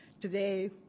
Today